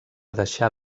deixar